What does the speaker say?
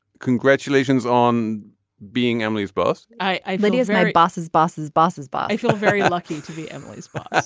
congratulations on being emily's boss i let you as my boss's boss's boss's boss i feel very lucky to be emily's boss.